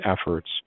efforts